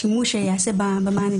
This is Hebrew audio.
השימוש שייעשה במען הדיגיטלי.